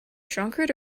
drunkard